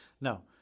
No